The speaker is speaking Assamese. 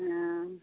অঁ